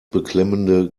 beklemmende